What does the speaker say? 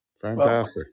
Fantastic